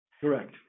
Correct